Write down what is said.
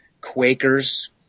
Quakers